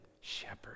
shepherd